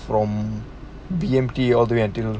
from B_M_T all the way until